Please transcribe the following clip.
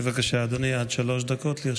בבקשה, אדוני, עד שלוש דקות לרשותך.